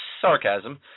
sarcasm